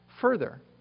Further